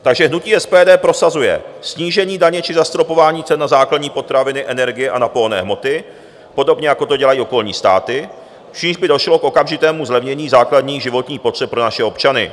Takže hnutí SPD prosazuje snížení daně či zastropování cen na základní potraviny, energie a pohonné hmoty podobně, jako to dělají okolní státy, čímž by došlo k okamžitému zlevnění základních životních potřeb pro naše občany.